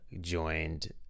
joined